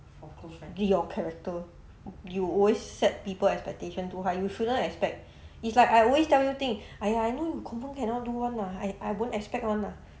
your character you always set people expectation too high you shouldn't expect it's like I always tell you thing !aiya! I know you confirm cannot do [one] ah I I won't expect [one] ah